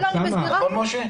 לא, לא.